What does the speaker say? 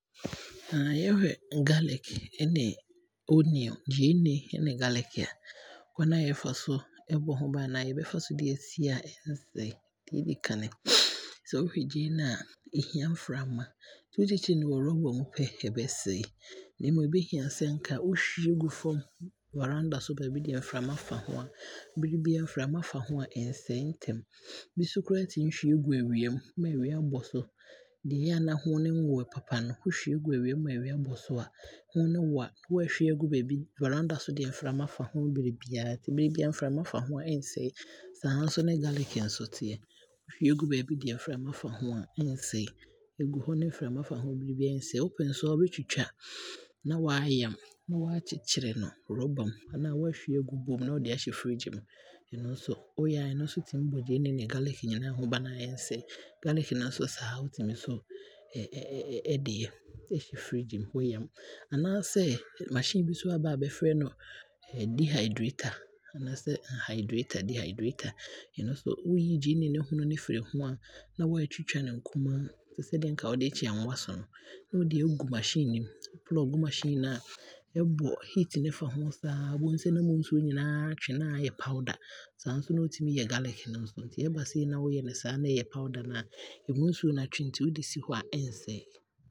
Yɛhwɛ garlic ɛne onion, gyeene ne garlic a, kwane a yɛfa so ɛbɔ ho bane anaa yɛbɛfa so de asie a ɛnsɛe. Deɛ ɔdi kane, sɛ wohwɛ gyeene a, ɛhia mframa, wo kyekyere no wɔ rubber mu pɛ ɛbɛsɛe na mmom ɛbɛhia sɛ nka wohwie gu fam, varanda so baabi ma mframa fa ho a, bere biaa mframa fa ho a ɛsɛe ntɛm bi so koraa tumi hwie gu awiam ma awia bɔ so, nea ɛyɛ a na ɛho no nnwoo papa no na waahwie agu awiam na awia bɔ so a, ɛho no wo a na waahwie agu baabi yie, varanda so deɛ mframa fa ho bere biaa, nti bere biaa mframa fa ho bere biaa ɔnsɛe, saa nso na ne garlic nso teɛ, wohwie gu baabi deɛ mframa fa ho a ɛnsɛe, ɛgu hɔ ne mframa fa ho bere biaa ɔnsɛe. Wopɛ nso a wobɛtwitwa ne waayam ne waakyekyere no wɔ rubber mu anaa waahwie aagu bowl mu ne wode aahyɛ fridge mu. Ɛno nso woyɛ a ɛno nso tumi bɔ gyeene ne garlic nyinaa ho bane a ɛnsɛe. Garlic naa nso saa wotumi ɛde hyɛ fridge mu anaasɛ machine bi nso aaba a bɛfrɛ no dehydrator anaasɛ hydrator hydrator, ɛno nso wo yiyi gyeene no hono no firi ho a na waatwitwa no nkumaa te sɛ deɛ nka wode ɛɛkye anwa so no ne wode aagu machine no mu, wo plug machine no a, ɛbɛbɔ heat no aafa ho saa, wobɛhu sɛ na ɛmu nsuo no nyinaa aatwe na aayɛ powder, saa nso ne wotumi yɛ garlic no nso, nti ɛba sei na woyɛ no saa na ɛyɛ powder no a ɛmu nsuo no aatwe nti wode si hɔ a ɔnsɛe.